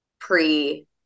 Pre